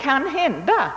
Kanhända